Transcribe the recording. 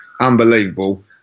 unbelievable